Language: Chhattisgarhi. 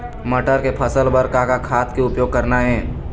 मटर के फसल बर का का खाद के उपयोग करना ये?